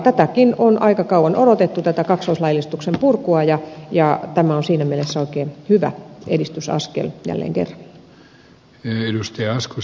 tätäkin on aika kauan odotettu tätä kaksoislaillistuksen purkua ja tämä on siinä mielessä oikein hyvä edistysaskel jälleen kerran